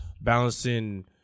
balancing